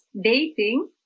dating